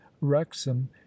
wrexham